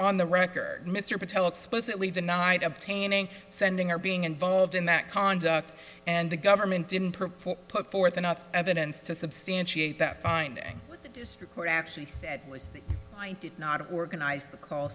on the record mr patel explicitly denied obtaining sending or being involved in that conduct and the government didn't perform put forth enough evidence to substantiate that the district court actually said was that i did not organize the call